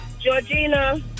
Georgina